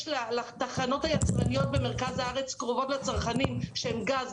יש לתחנות היצרניות במרכז הארץ שהן קרובות לצרכנים של גז,